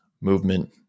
movement